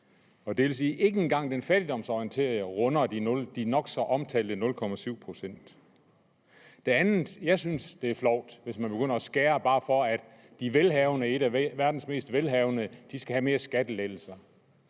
Det vil sige, at ikke engang den fattigdomsorienterede bistand runder de nok så omtalte 0,7 pct. Det andet, jeg synes er flovt, er, hvis man begynder at skære i det, bare for at de velhavende i et af verdens mest velhavende lande skal have flere skattelettelser.